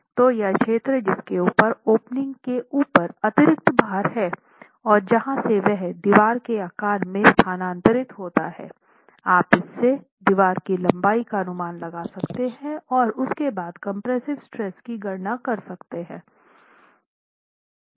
तो यह क्षेत्र जिसके ऊपर ओपनिंग के ऊपर अतिरिक्त भार है और जहाँ से वह दीवार के आकार में स्थानांतरित होता है आप इससे दीवार की लंबाई का अनुमान लगा सकते हैं और उसके बाद कम्प्रेस्सिव स्ट्रेस की गरणा कर सकते हैं